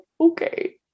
okay